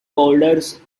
boulders